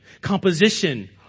composition